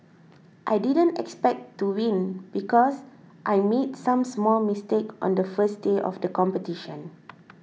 I didn't expect to win because I made some small mistakes on the first day of the competition